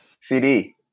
CD